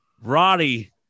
Roddy